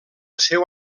seu